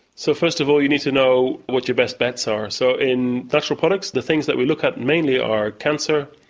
so first of all you need to know what your best bets are. so in natural products, the things that we look at mainly are cancer,